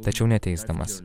tačiau neteisdamas